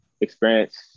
experience